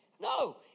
no